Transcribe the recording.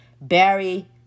Barry